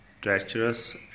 treacherous